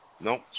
No